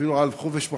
אפילו על חופש המחשבה.